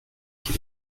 qui